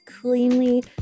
cleanly